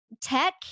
tech